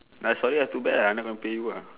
nay sorry lah too bad lah I never pay you ah